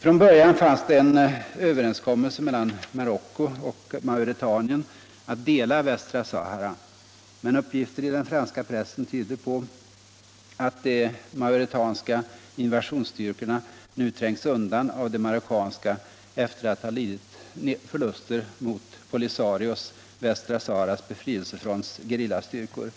Från början fanns det en överenskommelse mellan Marocko och Mauretanien att dela västra Sahara. Men uppgifter i den franska pressen tyder på att de mauretanska invasionsstyrkorna nu trängs undan av de marockanska efter att ha lidit förluster mot Polisarios, västra Saharas befrielsefronts, gerillastyrkor.